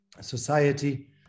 society